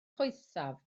poethaf